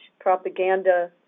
propaganda